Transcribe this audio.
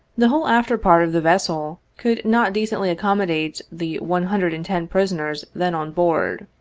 the whole after part of the vessel could not decently accommodate the one hundred and ten prisoners then on board.